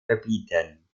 verbieten